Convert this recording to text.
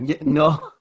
No